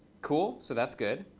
cool. so that's good.